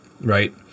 right